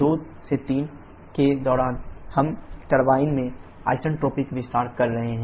2 3 के दौरान हम टरबाइन में आइसेंट्रोपिक विस्तार कर रहे हैं